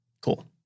Cool